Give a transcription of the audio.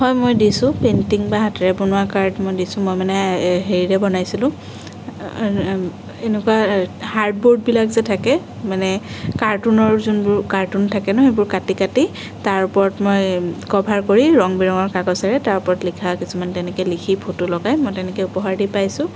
হয় মই দিছোঁ পেইণ্টিং বা হাতেৰে বনোৱা কাৰ্ড মই দিছোঁ মই মানে হেৰিৰে বনাইছিলোঁ এনেকুৱা হাৰ্ডবোৰ্ডবিলাক যে থাকে মানে কাৰ্টুনৰ যোনবোৰ কাৰ্টুন থাকে ন সেইবোৰ কাটি কাটি তাৰ ওপৰত মই কভাৰ কৰি ৰং বিৰঙৰ কাগজেৰে তাৰ ওপৰত লিখা কিছুমান তেনেকৈ লেখি ফটো লগাই মই তেনেকৈ উপহাৰ দি পাইছোঁ